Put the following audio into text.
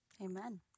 Amen